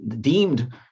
deemed